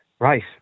Right